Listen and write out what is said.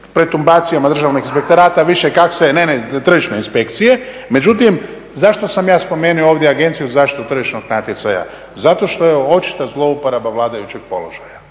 pretumbacijama Državnog inspektorata, više kak' se, ne, ne tržišne inspekcije. Međutim, zašto sam ja spomenuo ovdje Agenciju za zaštitu tržišnog natjecanja? Zato što je očita zlouporaba vladajućeg položaja.